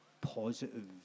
positive